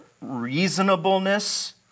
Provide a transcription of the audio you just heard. reasonableness